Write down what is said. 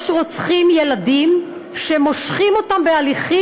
יש רוצחים ילדים שמושכים אותם בהליכים